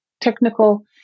technical